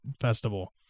festival